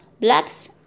Blacks